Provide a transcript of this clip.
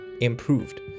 improved